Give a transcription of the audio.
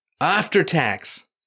after-tax